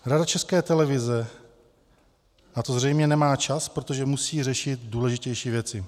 Rada České televize na to zřejmě nemá čas, protože musí řešit důležitější věci.